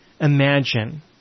imagine